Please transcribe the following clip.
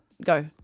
Go